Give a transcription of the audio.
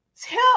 tell